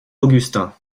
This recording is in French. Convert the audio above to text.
augustin